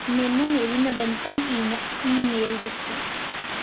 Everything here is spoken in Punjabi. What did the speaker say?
ਮੈਨੂੰ ਮੇਰੀ ਨਵੀਨਤਮ ਈਨ ਈਮੇਲ ਦੱਸੋ